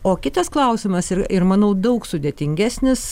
o kitas klausimas ir ir manau daug sudėtingesnis